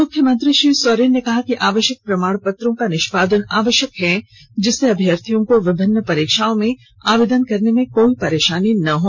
मुख्यमंत्री श्री सोरेन ने कहा कि आवश्यक प्रमाण पत्रों का निष्पादन आवश्यक है जिससे अभ्यर्थियों को विभिन्न परीक्षाओं में आवेदन करने में कोई परेशानी न हो